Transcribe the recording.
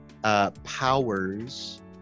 Powers